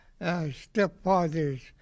stepfathers